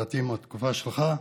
לדעתי מהתקופה שלך,